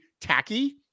tacky